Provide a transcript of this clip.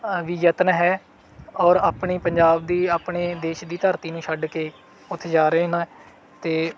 ਆ ਵੀ ਯਤਨ ਹੈ ਔਰ ਆਪਣੀ ਪੰਜਾਬ ਦੀ ਆਪਣੇ ਦੇਸ਼ ਦੀ ਧਰਤੀ ਨੂੰ ਛੱਡ ਕੇ ਉੱਥੇ ਜਾ ਰਹੇ ਨੇ ਅਤੇ